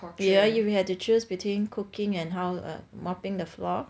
yeah if you had to choose between cooking and how err mopping the floor